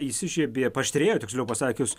įsižiebė paaštrėjo tiksliau pasakius